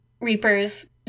Reaper's